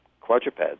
quadrupeds